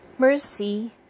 Mercy